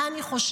מה אני חושבת?